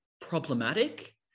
problematic